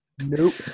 Nope